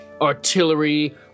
artillery